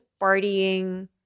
partying